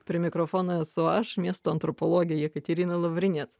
prie mikrofono esu aš miesto antropologė jekaterina luvriniec